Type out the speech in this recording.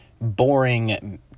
boring